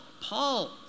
Paul